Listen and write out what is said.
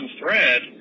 Thread